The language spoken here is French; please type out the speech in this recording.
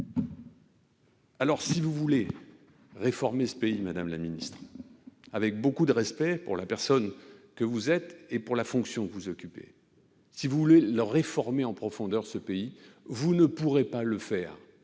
Alors, je vous le dis, avec beaucoup de respect pour la personne que vous êtes et pour la fonction que vous occupez, si vous voulez réformer en profondeur ce pays, vous ne pourrez pas le faire,